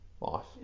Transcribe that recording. life